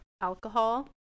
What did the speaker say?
alcohol